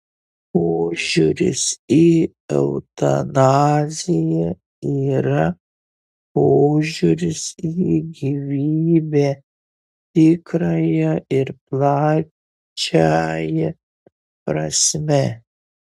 požiūris į eutanaziją yra požiūris į gyvybę tikrąja ir plačiąja prasme